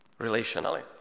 relationally